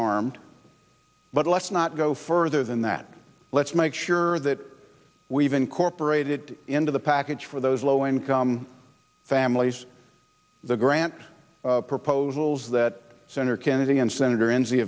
harmed but let's not go further than that let's make sure that we've incorporated into the package for those low income families the grant proposals that senator kennedy and senator